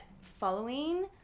following